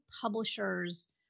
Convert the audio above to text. publishers